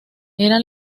era